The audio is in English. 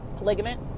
Ligament